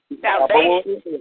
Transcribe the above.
salvation